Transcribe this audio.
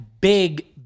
big